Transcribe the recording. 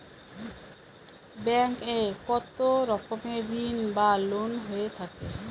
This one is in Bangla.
ব্যাংক এ কত রকমের ঋণ বা লোন হয়ে থাকে?